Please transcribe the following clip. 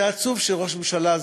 זה עצוב שראש ממשלה,